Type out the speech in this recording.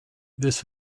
this